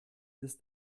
des